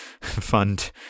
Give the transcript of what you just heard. fund